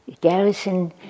Garrison